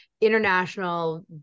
international